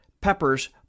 peppers